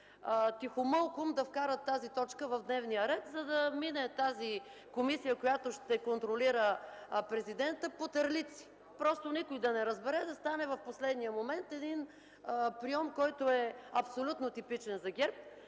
тихомълком тази точка в дневния ред, за да мине гласуването за тази комисия, която ще контролира президента, по терлици, просто никой да не разбере, да стане в последния момент – един прийом, който е абсолютно типичен за ГЕРБ.